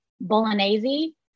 bolognese